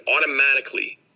automatically